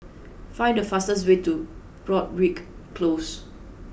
find the fastest way to Broadrick Close